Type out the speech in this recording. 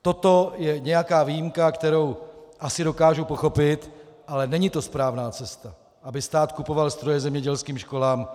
Toto je nějaká výjimka, kterou asi dokážu pochopit, ale není to správná cesta, aby stát kupovat stroje zemědělským školám.